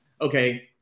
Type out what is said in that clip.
okay